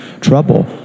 trouble